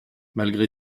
malgré